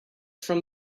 from